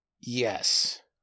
yes